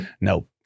Nope